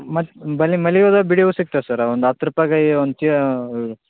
ಮತ್ತೆ ಬರಿ ಮಲ್ಲಿಗೆ ಹೂವ್ದು ಬಿಡಿ ಹೂವ ಸಿಗ್ತದಾ ಸರ್ ಒಂದು ಹತ್ತು ರೂಪಾಯಿ ಏ ಒಂದು ಚಿ